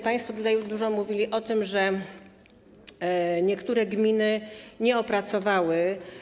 Państwo również dużo mówili o tym, że niektóre gminy nie opracowały.